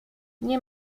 nie